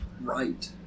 Right